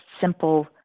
simple